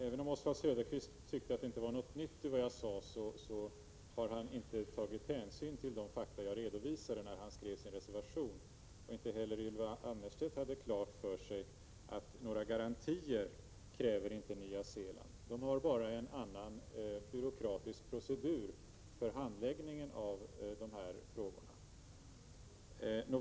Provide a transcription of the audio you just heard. Även om Oswald Söderqvist inte tyckte att det var något nytt i det jag sade, har han inte tagit hänsyn till de fakta som jag redovisade när han skrev sin reservation. Inte heller Ylva Annerstedt hade klart för sig att Nya Zeeland inte kräver några garantier. Landet har bara en annan byråkratisk procedur för handläggning av de här frågorna.